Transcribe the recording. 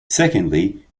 secondly